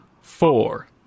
four